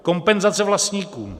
Kompenzace vlastníkům.